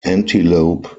antelope